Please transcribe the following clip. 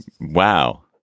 Wow